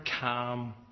calm